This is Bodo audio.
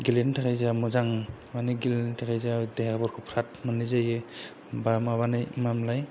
गेलेनो थाखाय जोंहा मोजां माने गेलेनो थाखाय जोंहा देहाफोरखौ फ्राथ मोननाय जायो बा माबानो मामोनलाय